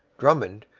drummond,